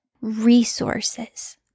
resources